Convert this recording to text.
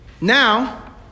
Now